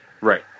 Right